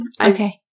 Okay